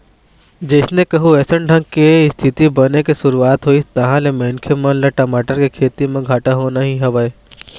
जइसे कहूँ अइसन ढंग के इस्थिति बने के शुरुवात होइस तहाँ ले मनखे मन ल टमाटर के खेती म घाटा होना ही हवय